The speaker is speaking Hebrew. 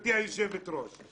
גברתי היושבת ראש?